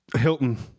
Hilton